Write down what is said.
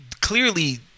Clearly